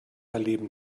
erleben